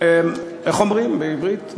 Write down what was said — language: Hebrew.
איך אומרים בעברית,